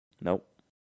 Nope